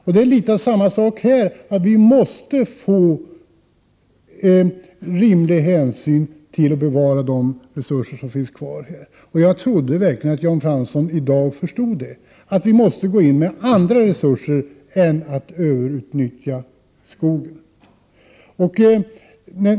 Det är litet av samma sak här: Vi måste få till stånd en rimlig hänsyn till och bevara de resurser som finns kvar här. Jag trodde verkligen att Jan Fransson förstod att vi i dag måste gå in med andra resurser och inte överutnyttja skogen.